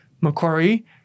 Macquarie